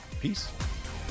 Peace